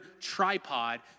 tripod